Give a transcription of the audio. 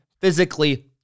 physically